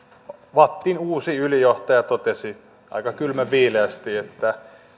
vattin uusi ylijohtaja totesi aika kylmänviileästi että